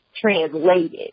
translated